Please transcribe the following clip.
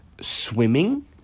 swimming